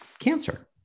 cancer